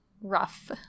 rough